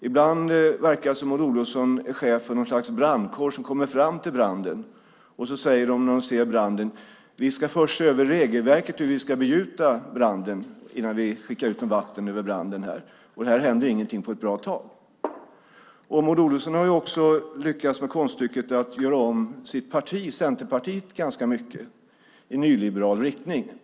Ibland verkar det som att Maud Olofsson är chef för något slags brandkår som kommer fram till branden, och så säger hon när hon ser branden: Vi ska först se över regelverket för hur vi ska begjuta branden innan vi skickar ut något vatten över den. Sedan händer ingenting på ett bra tag. Maud Olofsson har också lyckats med konststycket att göra om sitt parti, Centerpartiet, ganska mycket i nyliberal riktning.